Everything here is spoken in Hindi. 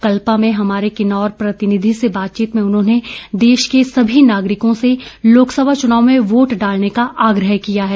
कल्पा में हमारे किन्नौर प्रतिनिधि से बातचीत में उन्होंने देश के सभी नागरिकों से लोकसभा चुनाव में वोट डालने का आग्रह किया है